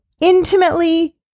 intimately